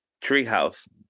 Treehouse